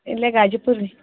ಇಲ್ಲೇ ಗಾಜಿಪುರ ರೀ